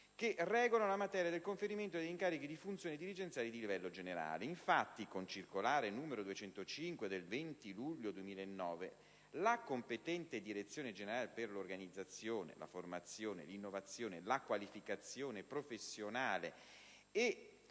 che regolano la materia del conferimento degli incarichi di funzione dirigenziale di livello generale. Infatti con circolare n. 205 del 20 luglio 2009, la competente direzione generale per l'organizzazione, la formazione, l'innovazione, la qualificazione professionale e